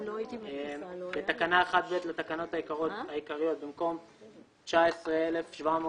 (3)בתקנה 1ב לתקנות העיקריות, במקום "19,798"